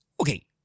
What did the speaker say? Okay